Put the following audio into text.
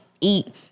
eat